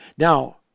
Now